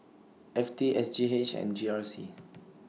F T S G H and G R C